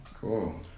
cool